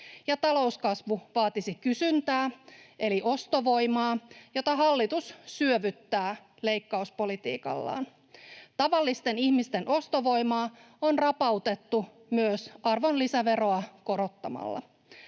talouskasvu vaatisi kysyntää eli ostovoimaa, jota hallitus syövyttää leikkauspolitiikallaan. Tavallisten ihmisten ostovoimaa on rapautettu myös arvonlisäveroa korottamalla.